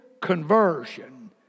conversion